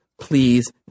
please